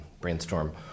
brainstorm